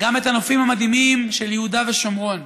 גם את הנופים המדהימים של יהודה ושומרון,